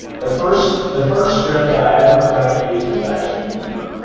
the first the first script that i ever tried to use was actually here.